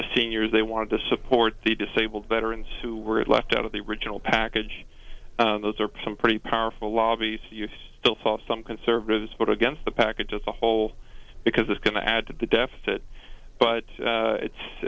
the seniors they wanted to support the disabled veterans who were left out of the original package those are some pretty powerful lobbies you still saw some conservatives vote against the package as a whole because it's going to add to the deficit but it's